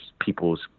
people's